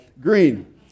green